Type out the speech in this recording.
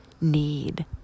need